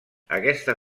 aquesta